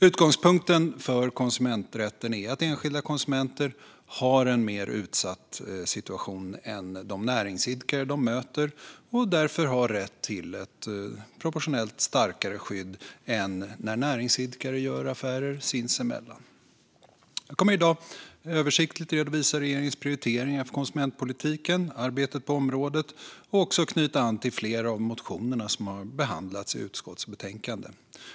Utgångspunkten för konsumenträtten är att enskilda konsumenter har en mer utsatt situation än de näringsidkare de möter och därför har rätt till ett proportionellt sett starkare skydd än när näringsidkare gör affärer sinsemellan. Jag kommer i dag att översiktligt redovisa regeringens prioriteringar för konsumentpolitiken och arbetet på området och också knyta an till flera av de motioner som har behandlats i utskottsbetänkandet.